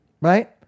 right